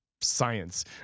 Science